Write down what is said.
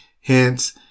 Hence